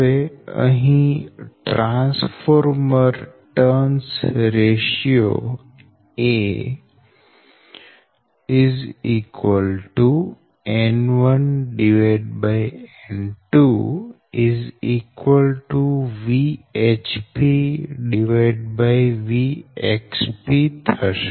હવે અહી transformer turns ratio a N1N2 VHPVXPથશે